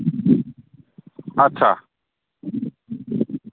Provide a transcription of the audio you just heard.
आस्सा